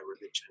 religion